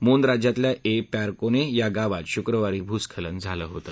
मोन राज्यातल्या ये प्यार कोने या गावात शुक्रवारी भूस्खलन झालं होतं